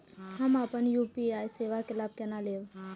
हम अपन यू.पी.आई सेवा के लाभ केना लैब?